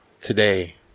today